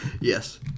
Yes